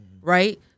right